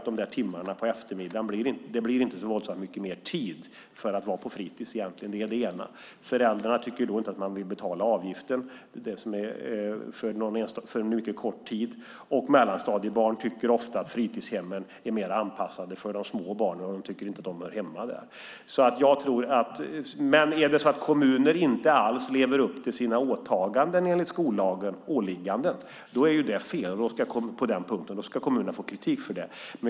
Då blir det inte så mycket tid över för att vara på fritis. Det är det ena. Föräldrarna vill då inte betala avgiften för en mycket kort tid, och mellanstadiebarn tycker ofta att fritidshemmen är mer anpassade för de små barnen och tycker inte att de hör hemma där. Men om kommuner inte alls lever upp till sina åligganden enligt skollagen är det naturligtvis fel. Då ska kommunerna få kritik för det.